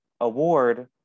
Award